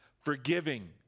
forgiving